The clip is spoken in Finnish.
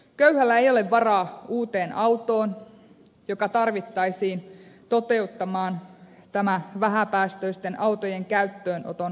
köyhällä ei ole varaa uuteen autoon joka tarvittaisiin toteuttamaan tämä vähäpäästöisten autojen käyttöönoton kannustaminen